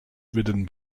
ridden